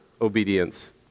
obedience